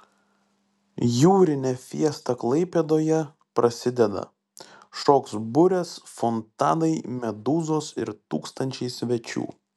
jūrinė fiesta klaipėdoje prasideda šoks burės fontanai medūzos ir tūkstančiai svečių